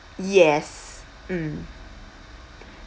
yes mm